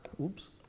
Oops